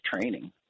training